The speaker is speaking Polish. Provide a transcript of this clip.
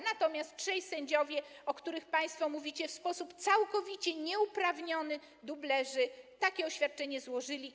Natomiast trzej sędziowie, o których państwo mówicie w sposób całkowicie nieuprawniony „dublerzy”, takie oświadczenie złożyli.